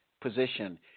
position